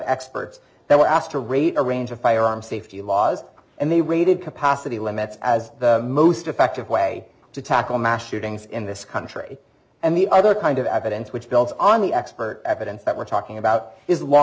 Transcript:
experts they were asked to rate a range of firearm safety laws and they rated capacity limits as the most effective way to tackle mass shootings in this country and the other kind of evidence which builds on the expert evidence that we're talking about is law